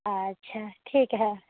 अच्छा ठीक है